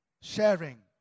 sharing